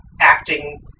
acting